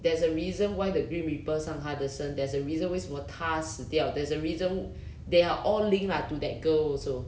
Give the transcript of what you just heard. there's a reason why the grim reaper 上他的身 there's a reason 为什么他死掉 there's a reason they are all linked lah to that girl also